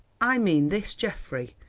i mean this, geoffrey.